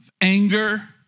anger